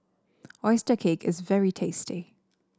oyster cake is very tasty